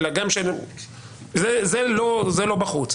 זה לא בחוץ.